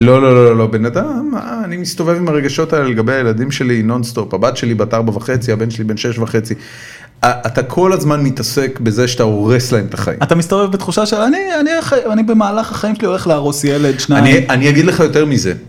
לא לא לא לא בן אדם אני מסתובב עם הרגשות האלה לגבי הילדים שלי נונסטופ, הבת שלי בת ארבע וחצי הבן שלי בן שש וחצי, אתה כל הזמן מתעסק בזה שאתה הורס להם את החיים. אתה מסתובב בתחושה שאני אני אני במהלך החיים שלי הולך להרוס ילד שניים. אני אגיד לך יותר מזה.